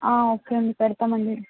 okay అండి పెడతామండి